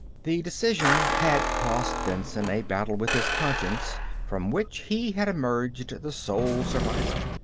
the decision had cost benson a battle with his conscience from which he had emerged the sole survivor.